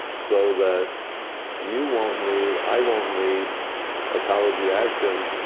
so that you won't need, i won't need ecology action.